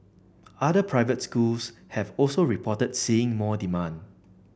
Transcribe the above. other private schools have also reported seeing more demand